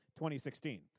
2016